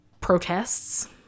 protests